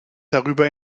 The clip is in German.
darüber